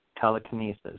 telekinesis